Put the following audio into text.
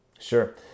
Sure